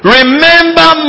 Remember